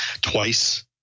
twice